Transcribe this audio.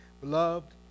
Beloved